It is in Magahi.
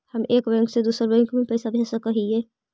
हम एक बैंक से दुसर बैंक में पैसा भेज सक हिय?